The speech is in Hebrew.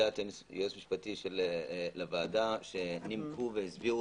לעמדת היועץ המשפטי לוועדה שנימקו והסבירו